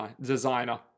designer